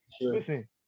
listen